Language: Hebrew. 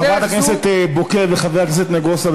חברת הכנסת בוקר וחבר הכנסת נגוסה,